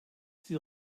sie